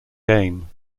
game